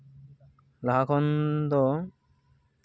ᱞᱟᱦᱟ ᱠᱷᱚᱱ ᱫᱚ